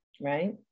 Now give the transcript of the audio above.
right